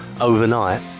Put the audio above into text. overnight